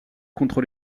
contre